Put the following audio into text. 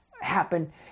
happen